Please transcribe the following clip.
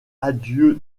adieu